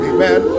Amen